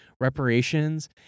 reparations